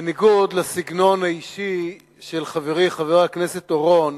בניגוד לסגנון האישי של חברי חבר הכנסת אורון,